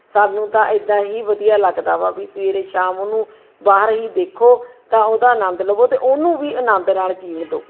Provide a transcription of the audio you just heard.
ਸਾਨੂੰ ਤਾਂ ਇੱਦਾਂ ਹੀ ਵਧੀਆ ਲੱਗਦਾ ਵਾ ਵੀ ਸਵੇਰੇ ਸ਼ਾਮ ਉਹਨੂੰ ਬਾਹਰ ਹੀ ਦੇਖੋ ਤਾਂ ਉਹਦਾ ਆਨੰਦ ਲਵੋ ਅਤੇ ਉਹਨੂੰ ਵੀ ਆਨੰਦ ਨਾਲ ਜਿਉਣ ਦਿਓ